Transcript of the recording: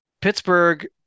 Pittsburgh